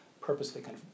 purposefully